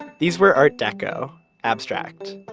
these were art deco, abstract.